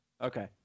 okay